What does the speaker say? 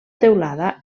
teulada